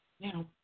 Now